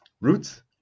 Roots